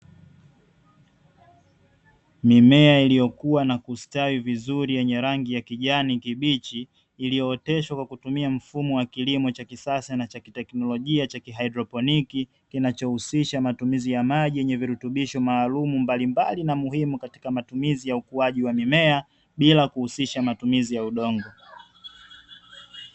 Mimea iliyokua na kustawi vizuri yenye rangi ya kijani kibichi, iliyooteshwa kwa kutumia mfumo wa kilimo cha kisasa na cha kiteknolojia cha kihaidroponi, kinachohusisha matumizi ya maji yenye virutubisho maalumu mbalimbali na muhimu katika matumizi ya ukuaji wa mimea, bila kuhusisha matumizi ya udongo.